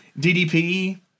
DDP